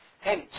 Hence